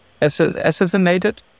assassinated